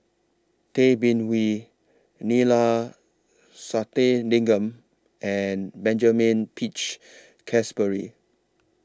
Tay Bin Wee Neila Sathyalingam and Benjamin Peach Keasberry